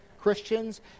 Christians